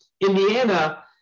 Indiana